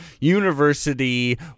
University